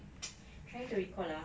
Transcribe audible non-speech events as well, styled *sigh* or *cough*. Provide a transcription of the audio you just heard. *noise* trying to recall lah